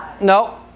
No